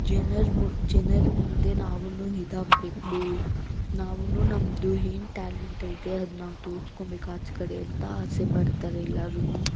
ಜನರ ಮು ಜನರ ಮುಂದೆ ನಾವೂ ಇದಾಗಬೇಕು ನಾವೂ ನಮ್ಮದು ಏನು ಟ್ಯಾಲೆಂಟ್ ಐತೆ ಅದನ್ನ ತೋರಿಸ್ಕೊಳ್ಬೇಕಾದ ಕಡೆ ಅಂತ ಆಸೆಪಡ್ತಾರೆ ಎಲ್ಲರೂ